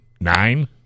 nine